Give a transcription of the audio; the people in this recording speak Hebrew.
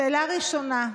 שאלה ראשונה: